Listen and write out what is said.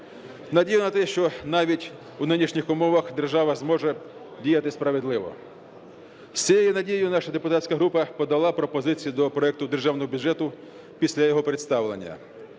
надію на те, що навіть у нинішніх умовах держава зможе діяти справедливо. З цією надією наша депутатська група подала пропозицію до проекту Державного бюджету після його представлення.